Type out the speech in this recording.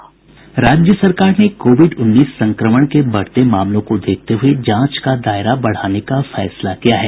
राज्य सरकार ने कोविड उन्नीस संक्रमण के बढ़ते मामलों को देखते हये जांच का दायरा बढ़ाने का फैसला किया है